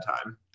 time